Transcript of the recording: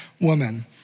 woman